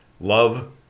love